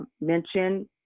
mention